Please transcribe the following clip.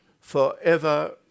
forever